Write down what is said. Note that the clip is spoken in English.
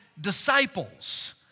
disciples